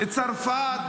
צרפת,